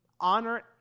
honor